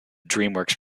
dreamworks